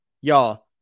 Y'all